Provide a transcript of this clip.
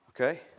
okay